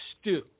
stew